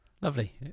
Lovely